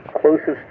closest